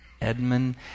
Edmund